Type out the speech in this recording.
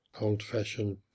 old-fashioned